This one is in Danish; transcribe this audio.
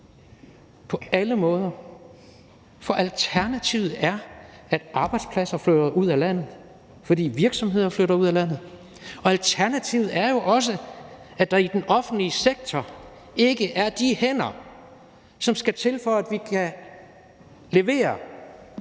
her land, for alternativet er, at arbejdspladser flytter ud af landet, fordi virksomheder flytter ud af landet. Alternativet er også, at der i den offentlige sektor ikke er de hænder, der skal til, for at vi kan levere